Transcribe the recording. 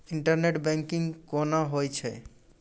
Internet banking कोना होय छै?